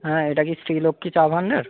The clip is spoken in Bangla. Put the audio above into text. হ্যাঁ এটা কি শ্রীলক্ষ্মী চা ভাণ্ডার